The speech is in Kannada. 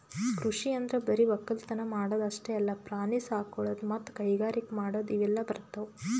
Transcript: ಕೃಷಿ ಅಂದ್ರ ಬರಿ ವಕ್ಕಲತನ್ ಮಾಡದ್ ಅಷ್ಟೇ ಅಲ್ಲ ಪ್ರಾಣಿ ಸಾಕೊಳದು ಮತ್ತ್ ಕೈಗಾರಿಕ್ ಮಾಡದು ಇವೆಲ್ಲ ಬರ್ತವ್